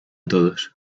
todos